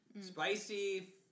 spicy